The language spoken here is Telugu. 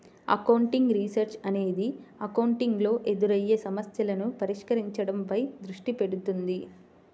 అకౌంటింగ్ రీసెర్చ్ అనేది అకౌంటింగ్ లో ఎదురయ్యే సమస్యలను పరిష్కరించడంపై దృష్టి పెడుతుంది